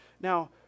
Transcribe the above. Now